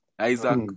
Isaac